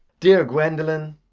dear gwendolen!